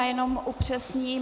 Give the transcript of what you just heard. Jenom upřesním.